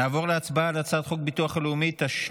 נעבור להצבעה על הצעת חוק הביטוח הלאומי (תיקון מס'